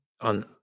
on